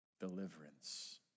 Deliverance